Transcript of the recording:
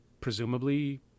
presumably